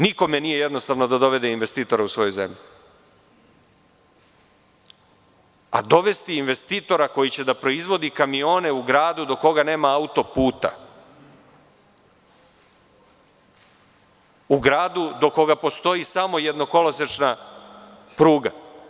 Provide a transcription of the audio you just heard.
Nikome nije jednostavno da dovede investitora u svoju zemlju, a dovesti investitora koji će da proizvodi kamione u gradu do koga nema autoputa, u gradu do koga postoji samo jednokolosečna pruga?